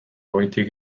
goitik